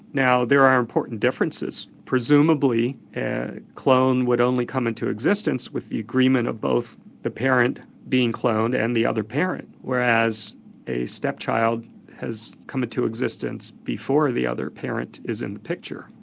now there are important differences presumably a clone would only come into existence with the agreement of both the parent being cloned and the other parent. whereas a step-child has come into existence before the other parent is in the picture.